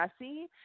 messy